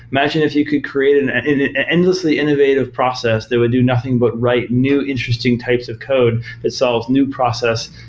imagine if you could create an and an endlessly innovative process that would do nothing but write new interesting types of code that solves new process,